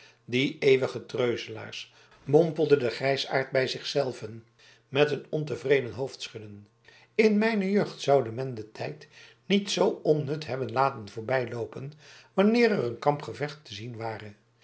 die eeuwige treuzelaars mompelde de grijsaard bij zich zelven met een ontevreden hoofdschudden in mijne jeugd zoude men den tijd niet zoo onnut hebben laten voorbijloopen wanneer er een kampgevecht te zien ware